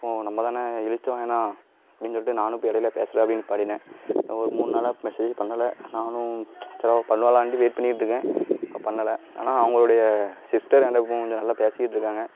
ஓ நம்ம தானே இளிச்சவாயனாக அப்படின்னு சொல்லிட்டு நானும் இப்போ இடையில பேசலை அப்படியே நிற்பாட்டிட்டேன் என்ன ஒரு மூணு நாளாக மெசேஜே பண்ணலை நானும் சரி அவள் பண்ணுவாலான்ட்டு வெயிட் பண்ணிக்கிட்டு இருக்கேன் இப்போ பண்ணலை ஆனால் அவர்களுடைய சிஸ்டர் என்கிட்ட இப்போ கொஞ்சம் நல்லா பேசிகிட்ருக்காங்க